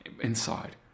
inside